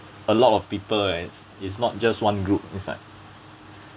a lot of people has it's not just one group inside